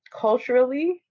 culturally